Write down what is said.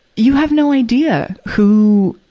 you have no idea who